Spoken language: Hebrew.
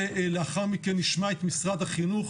לאחר מכן נשמע את נציגי משרד החינוך,